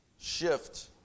shift